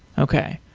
okay.